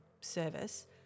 service